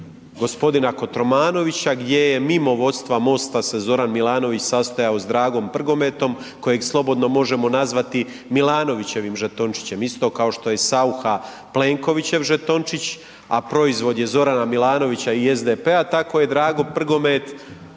gospodina Kotromanovića gdje je mimo vodstava MOST-a se Zoran Milanović sastajao s Dragom Prgometom kojeg slobodno možemo nazvati Milanovićevim žetončićem, isto kao što je Saucha Plenkovićev žetončić, a proizvod je Zorana Milanovića i SDP-a, tako je Drago Prgomet